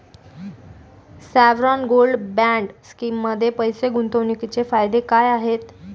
Sovereign gold bond स्कीममध्ये पैसे गुंतवण्याचे फायदे काय आहेत?